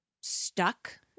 stuck